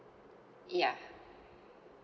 yeah